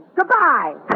Goodbye